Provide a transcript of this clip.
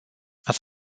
ați